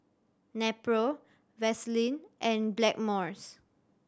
Nepro Vaselin and Blackmores